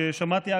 ששמעתי,